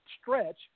stretch